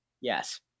yes